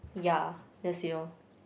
yeah that's it lor